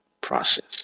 process